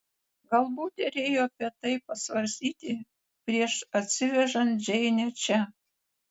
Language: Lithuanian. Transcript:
galbūt derėjo apie tai pasvarstyti prieš atsivežant džeinę čia